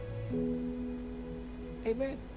Amen